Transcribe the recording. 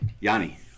Yanni